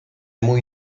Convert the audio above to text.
muy